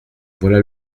voilà